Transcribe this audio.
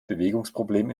bewegungsproblem